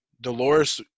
Dolores –